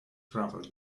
travel